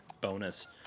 bonus